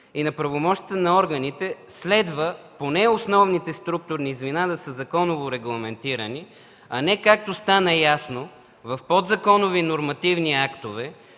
и на правомощията на органите, следва поне основните структурни звена да са законово регламентирани, а не, както стана ясно, в подзаконови нормативни актове,